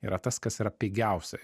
yra tas kas yra pigiausiai